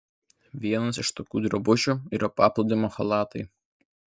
vienas iš tokių drabužių yra paplūdimio chalatai